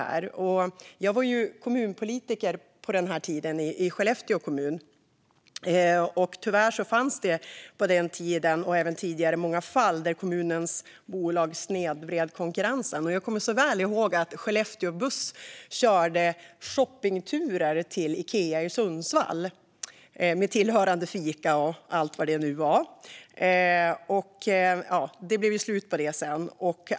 Jag var på den tiden kommunpolitiker i Skellefteå, och tyvärr fanns det då och även tidigare många fall där kommunens bolag snedvred konkurrensen. Jag kommer så väl ihåg att Skellefteå buss körde shoppingturer till Ikea i Sundsvall med tillhörande fika och allt vad det var. Det blev slut på det sedan.